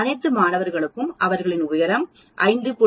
அனைத்து மாணவர்களுக்கும் அவர்களின் உயரம் 5